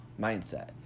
mindset